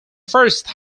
first